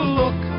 look